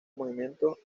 movimiento